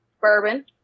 bourbon